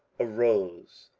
arose,